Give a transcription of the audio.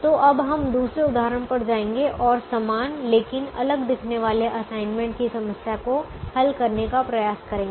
तो अब हम दूसरे उदाहरण पर जाएंगे और समान लेकिन अलग दिखने वाले असाइनमेंट की समस्या को हल करने का प्रयास करेंगे